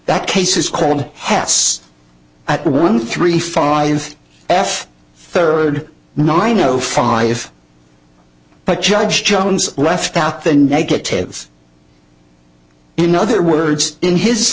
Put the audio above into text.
that case is called hats at one three five f third nine o five but judge jones left out the negatives in other words in his